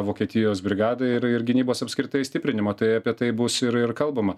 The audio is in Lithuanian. vokietijos brigadai ir ir gynybos apskritai stiprinimo tai apie tai bus ir ir kalbama